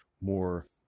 more